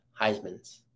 Heismans